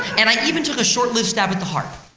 and i even took a short-lived stab at the heart.